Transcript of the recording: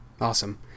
awesome